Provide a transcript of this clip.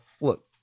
Look